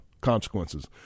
consequences